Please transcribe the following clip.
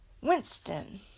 Winston